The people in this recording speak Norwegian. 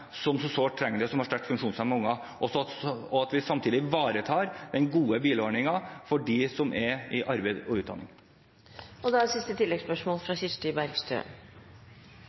som så sårt trenger det, som har sterkt funksjonshemmede unger, og at vi samtidig ivaretar den gode bilordningen for dem som er i arbeid og utdanning. Kirsti Bergstø – til oppfølgingsspørsmål. En forskjell på regjeringspartiene og SV er